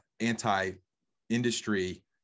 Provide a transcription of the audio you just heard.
anti-industry